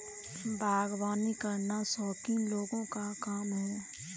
बागवानी करना शौकीन लोगों का काम है